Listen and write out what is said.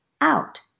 out